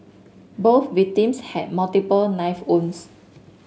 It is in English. both victims had multiple knife owns